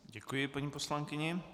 Děkuji paní poslankyni.